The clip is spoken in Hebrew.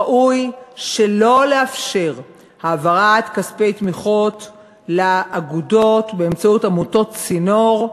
ראוי שלא לאפשר העברת כספי תמיכות לאגודות באמצעות עמותות צינור,